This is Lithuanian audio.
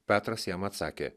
petras jam atsakė